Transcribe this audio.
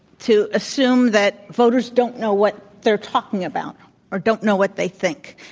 to assume that voters don't know what they're talking about or don't know what they think.